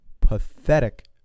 pathetic